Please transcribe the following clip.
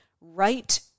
Right